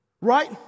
right